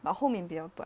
but 后面比较短